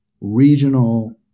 regional